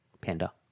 Panda